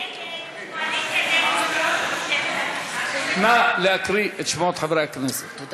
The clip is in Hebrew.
הסתייגות של חברי הכנסת יצחק הרצוג,